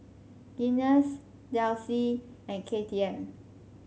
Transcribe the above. Guinness Delsey and K T M